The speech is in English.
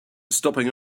stopping